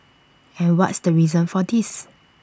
and what's the reason for this